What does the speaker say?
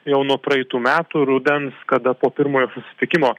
jau nuo praeitų metų rudens kada po pirmojo susitikimo